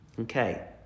Okay